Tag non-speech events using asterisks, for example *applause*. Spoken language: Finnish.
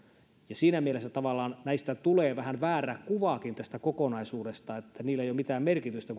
siinä mielessä kun katsoo sitä äänestystulosta näistä tulee tavallaan vähän väärä kuva tästä kokonaisuudesta että niillä ei ole mitään merkitystä *unintelligible*